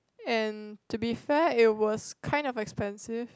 and to be fair it was kind of expensive